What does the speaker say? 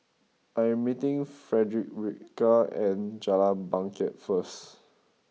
I am meeting Fredericka at Jalan Bangket first